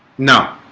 no